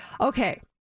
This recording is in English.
Okay